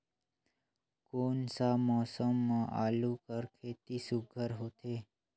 कोन सा मौसम म आलू कर खेती सुघ्घर होथे?